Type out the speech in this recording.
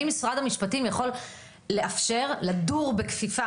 האם משרד המשפטים יכול לאפשר לדור בכפיפה